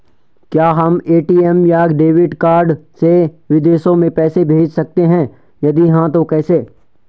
क्या हम ए.टी.एम या डेबिट कार्ड से विदेशों में पैसे भेज सकते हैं यदि हाँ तो कैसे?